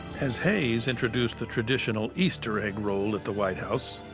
as hayes introduced the traditional easter egg roll at the white house,